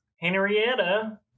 Henrietta